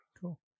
Cool